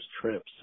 trips